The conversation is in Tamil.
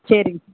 சரிங்க